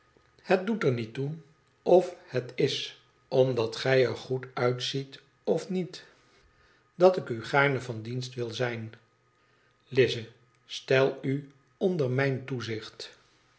het doet er niet toe of het is omdat gij er goed uitziet of niet dat ik u gaarne van dienst wil zijn lize stel u onder mijn toeztcht